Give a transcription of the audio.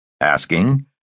asking